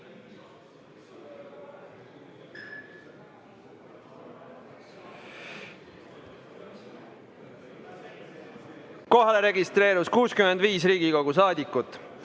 Kohalolijaks registreerus 65 Riigikogu saadikut.